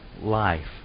life